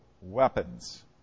weapons